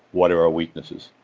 what are are weaknesses?